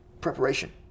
preparation